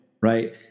right